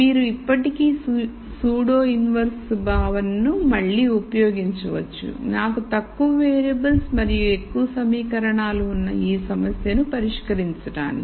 మీరు ఇప్పటికీ pseudo inverse భావనను మళ్ళీ ఉపయోగించవచ్చు నాకు తక్కువ వేరియబుల్స్ మరియు ఎక్కువ సమీకరణాలు ఉన్న ఈ సమస్యను పరిష్కరించడానికి